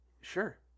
Sure